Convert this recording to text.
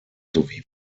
sowie